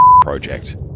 project